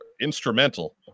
instrumental